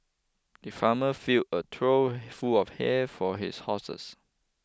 the farmer filled a trough full of hay for his horses